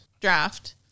draft